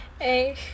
hey